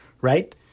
right